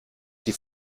die